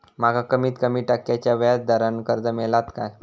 माका कमीत कमी टक्क्याच्या व्याज दरान कर्ज मेलात काय?